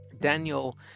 Daniel